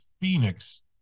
Phoenix